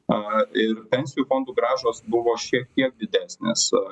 a ir pensijų fondų grąžos buvo šiek tiek didesnės